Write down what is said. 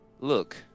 Look